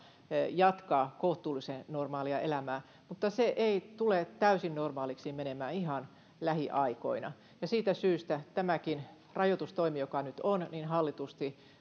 jatkaa kohtuullisen normaalia elämää mutta se ei tule täysin normaaliksi menemään ihan lähiaikoina ja siitä syystä tämäkin rajoitustoimi joka nyt on hallitusti